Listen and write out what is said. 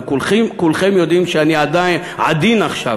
וכולכם יודעים שאני עדין עכשיו",